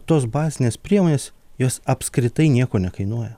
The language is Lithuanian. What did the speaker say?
tos bazinės priemonės jos apskritai nieko nekainuoja